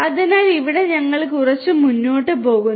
അതിനാൽ ഇവിടെ ഞങ്ങൾ കുറച്ച് മുന്നോട്ട് പോകുന്നു